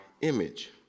image